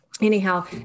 Anyhow